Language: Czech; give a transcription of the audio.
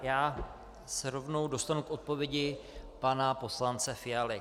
Já se rovnou dostanu k odpovědi pana poslance Fialy.